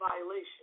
violation